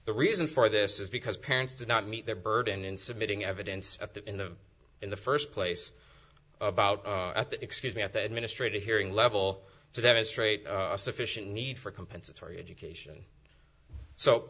the reason for this is because parents did not meet their burden in submitting evidence at the in the in the first place at the excuse me at the administrative hearing level to demonstrate a sufficient need for compensatory education so